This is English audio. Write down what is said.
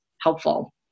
helpful